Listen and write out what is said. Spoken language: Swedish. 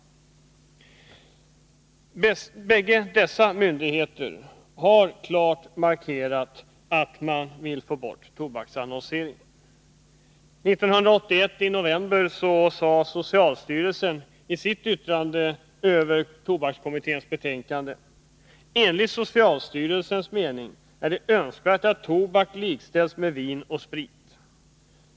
Dessa myndigheter har klart markerat att de vill få bort tobaksannonseringen. I november 1981 sade socialstyrelsen i sitt yttrande över tobakskommitténs betänkande: ”Enligt socialstyrelsens mening är det önskvärt att tobak likställs med vin och sprit.